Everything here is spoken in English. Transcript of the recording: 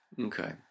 Okay